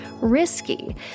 risky